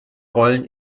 rollen